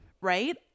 right